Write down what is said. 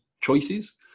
choices